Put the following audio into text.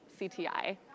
CTI